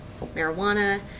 marijuana